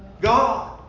God